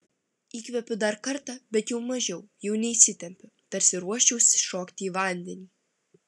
įkvėpiu dar kartą bet jau mažiau jau neįsitempiu tarsi ruoščiausi šokti į vandenį